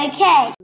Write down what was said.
Okay